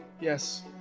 Yes